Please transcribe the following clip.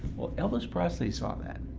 well elvis presley saw that,